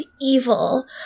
evil